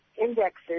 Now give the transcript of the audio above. indexes